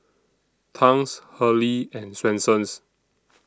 Tangs Hurley and Swensens